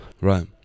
Right